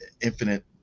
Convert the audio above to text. infinite